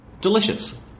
delicious